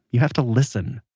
you have to listen.